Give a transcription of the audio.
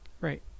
Right